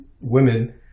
women